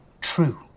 true